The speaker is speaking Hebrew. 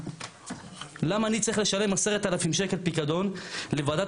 למה אני צריך לשלם 10,000 שקל פיקדון לוועדת